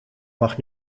mag